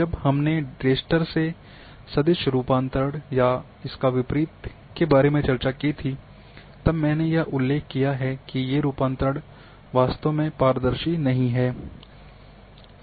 जब हमने रास्टर से सदिश रूपांतरण या इसका विपरीत के बारे में चर्चा की थी तब मैंने यह उल्लेख किया है कि ये रूपांतरण वास्तव में पारदर्शी नहीं हैं